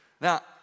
Now